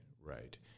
right